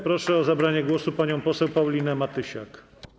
Proszę o zabranie głosu panią poseł Paulinę Matysiak.